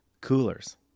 coolers